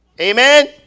Amen